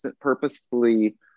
purposely